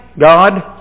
God